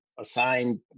assigned